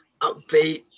upbeat